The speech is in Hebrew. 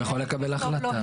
הוא יכול לקבל החלטה,